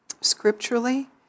scripturally